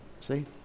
See